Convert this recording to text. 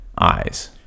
eyes